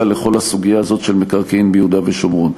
לכל הסוגיה הזאת של מקרקעין ביהודה ושומרון.